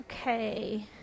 Okay